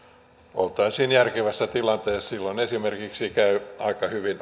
oltaisiin järkevässä tilanteessa silloin esimerkiksi käyvät aika hyvin